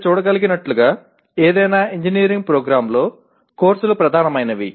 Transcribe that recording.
మీరు చూడగలిగినట్లుగా ఏదైనా ఇంజనీరింగ్ ప్రోగ్రామ్లో కోర్సులు ప్రధానమైనవి